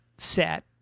set